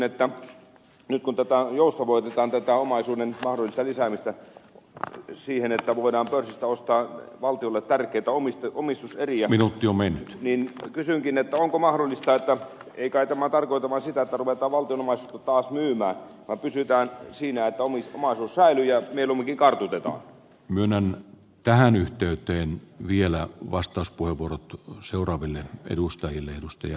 nyt kun tätä omaisuuden mahdollista lisäämistä joustavoitetaan niin että voidaan pörssistä ostaa valtiolle tärkeitä omista omista tarja minut jo omistuseriä niin ei kai tämä vaan tarkoita sitä että ruvetaan valtion omaisuutta taas myymään sen sijaan että pysyttäisiin siinä että omaisuus säilyy ja vilunki kaideto myönnämme tähän yhteyteen vielä vastauspuheenvuorot tukku seuraaville edustajille lusty